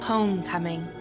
Homecoming